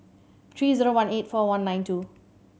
three zero one eight four one nine two